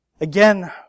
Again